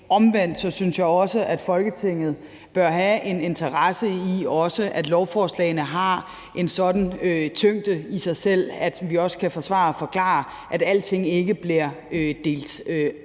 Omvendt synes jeg også, at Folketinget bør have en interesse i, at lovforslagene har en sådan tyngde i sig selv, at vi også kan forsvare og forklare, at alting ikke bliver delt